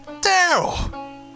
Daryl